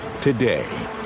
today